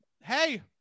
hey